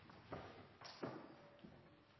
takk